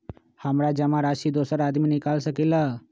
हमरा जमा राशि दोसर आदमी निकाल सकील?